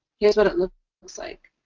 here's what it looks looks like.